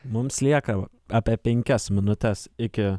mums lieka apie penkias minutes iki